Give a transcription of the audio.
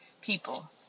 people